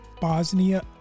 Bosnia